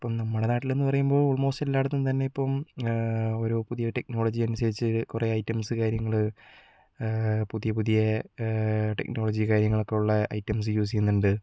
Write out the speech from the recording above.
ഇപ്പം നമ്മുടെ നാട്ടിലെന്നു പറയുമ്പോൾ ഓൾമോസ്റ്റ് എല്ലായിടത്തും തന്നെ ഇപ്പം ഓരോ പുതിയ ടെക്നോളജി അനുസരിച്ച് കുറേ ഐറ്റംസ് കാര്യങ്ങള് പുതിയ പുതിയ ടെക്നോളജി കാര്യങ്ങളൊക്കെ ഉള്ള ഐറ്റംസ് യൂസ് ചെയ്യുന്നുണ്ട്